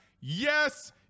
yes